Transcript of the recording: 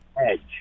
Edge